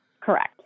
Correct